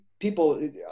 People